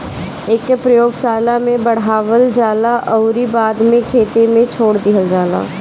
एके प्रयोगशाला में बढ़ावल जाला अउरी बाद में खेते में छोड़ दिहल जाला